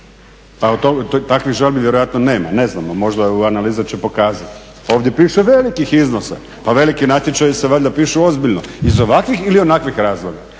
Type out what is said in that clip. Pa takvih žalbi vjerojatno nema. Ne znamo, možda analiza će pokazati. Ovdje piše velikih iznosa. Pa veliki natječaji se valjda pišu ozbiljno iz ovakvih ili onakvih razloga.